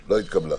לא נתקבלה.